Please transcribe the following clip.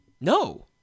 No